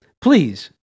please